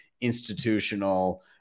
institutional